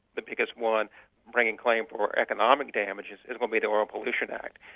the biggest one bringing claim for economic damages, it will be the oil pollution act.